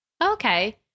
Okay